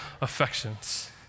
affections